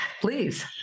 please